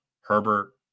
Herbert